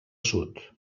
sud